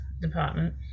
department